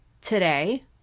today